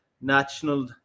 national